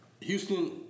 Houston